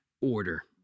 order